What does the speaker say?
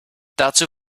dazu